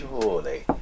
surely